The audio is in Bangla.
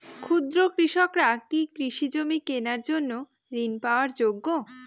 ক্ষুদ্র কৃষকরা কি কৃষি জমি কেনার জন্য ঋণ পাওয়ার যোগ্য?